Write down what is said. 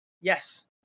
yes